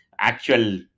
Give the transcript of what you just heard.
actual